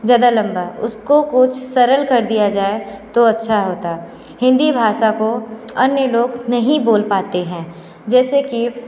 ज़्यादा लंबा उसको कुछ सरल कर दिया जाए तो अच्छा होता हिंदी भाषा को अन्य लोग नहीं बोल पाते हैं जैसे कि